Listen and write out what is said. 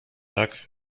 tak